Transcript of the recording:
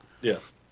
yes